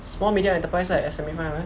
small medium enterprise right S_M_E five hundred